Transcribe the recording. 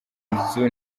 nzu